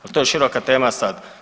Ali to je široka tema sad.